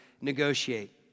negotiate